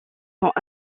sont